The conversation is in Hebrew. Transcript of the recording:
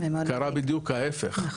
קרה בדיוק ההיפך,